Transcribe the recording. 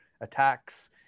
attacks